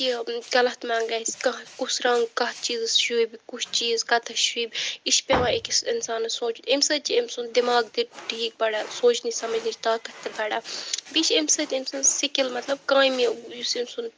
کہ غلط ما گژھِ کانٛہہ کُس رَنٛگ کَتھ چیٖزَس شوٗبہِ کُس چیٖز کَتٮ۪تھ شوٗبہِ یہِ چھٕ پٮ۪وان أکِس اِنسانَس سونچُن أمۍ سۭتۍ چھٕ أمۍ سُنٛد دٮ۪ماغ تہِ بڑان سونٛچنٕچ سمجنٕچ طاقت تہِ بڑان بیٚیہِ چھِ أمۍ سۭتۍ أمۍ سٔنٛز سِکِل مطلب کامہِ یُس أمۍ سُنٛد